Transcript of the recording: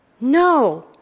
No